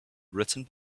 written